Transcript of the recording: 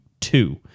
two